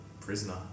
prisoner